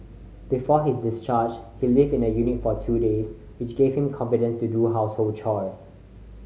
before his discharge he lived in the unit for two days which gave him confidence to do household chores